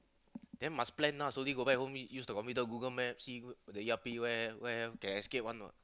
then must plan ah slowly go back home need use the computer Google maps see the E_R_P where where can escape one what